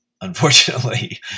unfortunately